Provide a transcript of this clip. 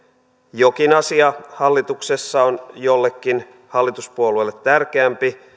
jokin asia hallituksessa on jollekin hallituspuolueelle tärkeämpi